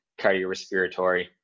cardiorespiratory